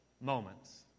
moments